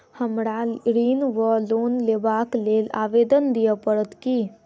हमरा ऋण वा लोन लेबाक लेल आवेदन दिय पड़त की?